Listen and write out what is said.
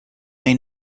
may